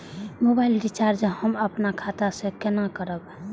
Mobile recharge हम आपन खाता से कोना करबै?